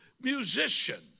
musician